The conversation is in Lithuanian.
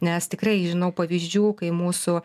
nes tikrai žinau pavyzdžių kai mūsų